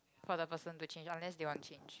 for the person to change unless they want change